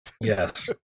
Yes